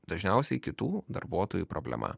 dažniausiai kitų darbuotojų problema